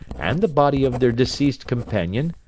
and the body of their deceased companion,